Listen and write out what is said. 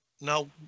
Now